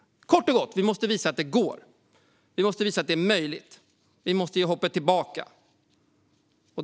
Vi måste kort och gott visa att det går, att det är möjligt. Vi måste ge hoppet tillbaka.